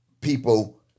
people